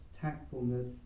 tactfulness